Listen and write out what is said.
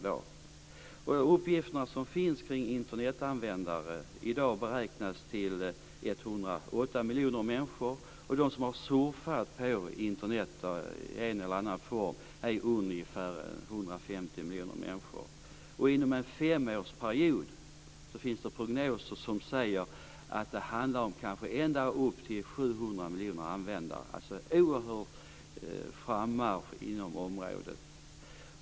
De uppgifter som i dag finns om beräknat antal Internetanvändare uppgår till 108 miljoner människor. Ungefär 150 miljoner människor har surfat på Internet i en eller annan form. Inom en femårsperiod finns det prognoser som säger att det kan handla om upp till 700 miljoner användare. Det är en oerhörd frammarsch inom området.